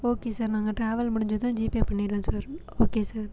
okay sir நாங்கள் travel முடிஞ்சதும் GPay பண்ணிடறோம் சார் ஓகே சார்